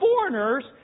foreigners